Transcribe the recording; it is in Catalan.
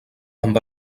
amb